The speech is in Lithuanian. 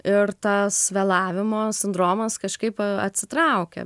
ir tas vėlavimo sindromas kažkaip va atsitraukė